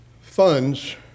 funds